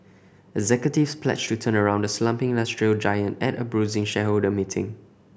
executives pledged to turn around the slumping industrial giant at a bruising shareholder meeting